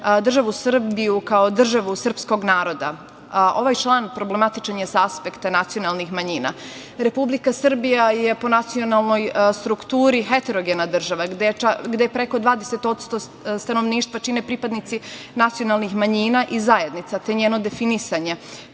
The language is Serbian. državu Srbiju kao državu srpskog naroda. Ovaj član problematičan je sa aspekta nacionalnih manjina. Republika Srbija je po nacionalnoj strukturi heterogena država, gde preko 20% stanovništva čine pripadnici nacionalnih manjina i zajednica, te njeno definisanje